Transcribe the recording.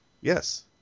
Yes